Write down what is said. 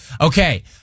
Okay